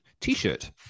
t-shirt